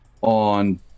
on